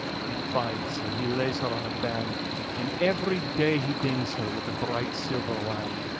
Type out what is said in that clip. he binds her, he lays her on a band and every day he dings her with a bright silver wand.